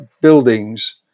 buildings